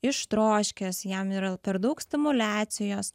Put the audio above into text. ištroškęs jam yra per daug stimuliacijos